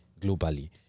globally